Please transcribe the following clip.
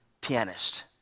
pianist